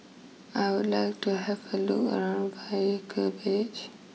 I would like to have a look around Vaiaku Village